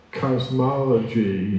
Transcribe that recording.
cosmology